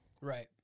right